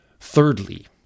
Thirdly